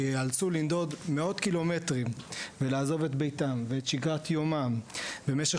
שייאלצו לנדוד מאות קילומטרים ולעזוב את ביתם ואת שגרת יומם במשך